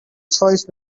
choice